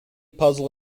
puzzle